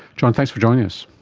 john, thanks for joining us.